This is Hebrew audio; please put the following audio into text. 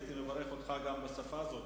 הייתי מברך אותך גם בשפה זו,